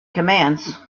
commands